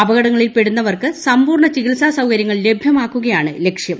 അപകിടൂങ്ങളിൽ പെടുന്നവർക്ക് സമ്പൂർണ ചികിത്സാ സൌകര്യങ്ങൾ ് ലഭ്യമാക്കുകയാണ് ലക്ഷ്യം